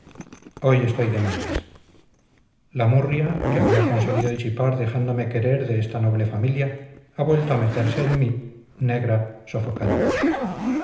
hoy estoy de malas la murria que había conseguido disipar dejándome querer de esta noble familia ha vuelto a meterse en mí negra sofocante